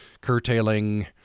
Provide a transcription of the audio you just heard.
curtailing